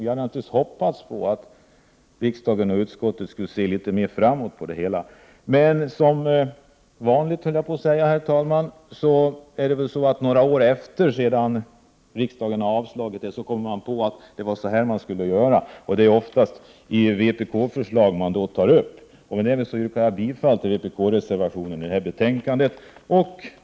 Vi hade naturligtvis hoppats att riksdagen och utskottet skulle se litet mer framåt, men som vanligt, hade jag så när sagt, herr talman, kommer man väl några år efter det att riksdagen avslagit vårt förslag på att det var så man skulle ha gjort. Det är oftast vpk-förslag man då tar upp. Härmed yrkar jag bifall till vpk-reservationen i betänkandet.